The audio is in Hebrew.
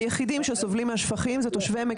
היחידים שסובלים מהשפכים הם תושבי עמק